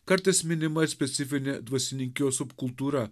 kartais minima ir specifinė dvasininkijos subkultūra